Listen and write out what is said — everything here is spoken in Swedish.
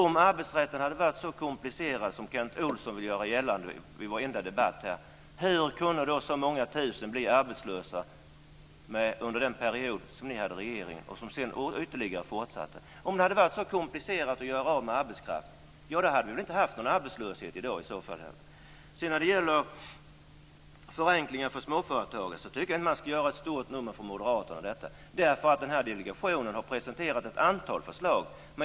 Om arbetsrätten hade varit så komplicerad som Kent Olsson vill göra gällande i varenda debatt, hur kunde då så många tusen bli arbetslösa under den period som ni var i regeringsställning och ytterligare fortsatt? Om det varit så komplicerat att göra sig av med arbetskraft hade vi i så fall inte haft någon arbetslöshet i dag. När det gäller förenklingar för småföretagare tycker jag inte att man ska göra ett stort nummer av det från Moderaterna. Delegationen har presenterat ett antal förslag.